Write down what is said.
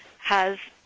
has